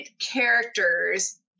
characters